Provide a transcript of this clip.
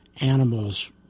animals